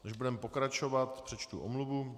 Než budeme pokračovat, přečtu omluvu.